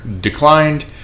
declined